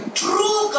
true